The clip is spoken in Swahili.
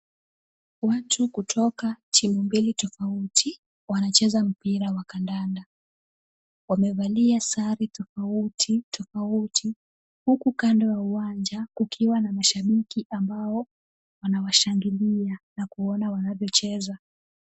Watu kutoka timu mbili tofauti wanacheza mpira wa kandanda, wamevalia sare tofauti tofauti huku kando ya uwanja kukiwa na mashabiki ambao wanawashangilia na kuwaona wanavyocheza.